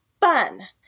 fun